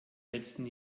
letzten